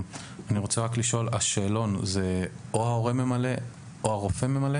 את השאלון ממלא ההורה או הרופא?